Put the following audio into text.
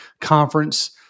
conference